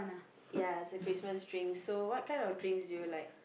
ya is a Christmas drink so what kind of drinks do you like